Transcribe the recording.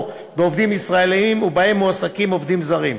בעובדים ישראלים ובהם מועסקים עובדים זרים.